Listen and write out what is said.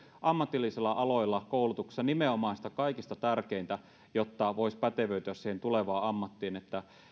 ammatillisilla aloilla koulutuksessa nimenomaan sitä kaikista tärkeintä jotta voisi pätevöityä siihen tulevaan ammattiin